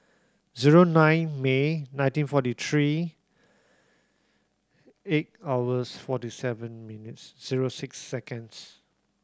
zero nine May nineteen forty three eight hours forty seven minutes zero six seconds